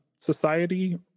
society